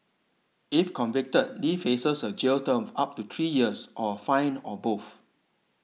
if convicted Lee faces a jail term of up to three years or fine or both